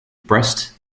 breast